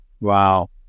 Wow